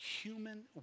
human